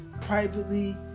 privately